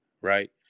Right